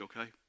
okay